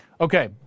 Okay